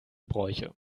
bräuche